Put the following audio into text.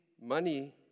money